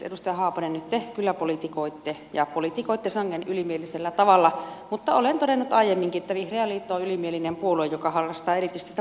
edustaja haapanen nyt te kyllä politikoitte ja politikoitte sangen ylimielisellä tavalla mutta olen todennut aiemminkin että vihreä liitto on ylimielinen puolue joka harrastaa elitististä politiikkaa